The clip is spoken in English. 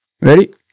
Ready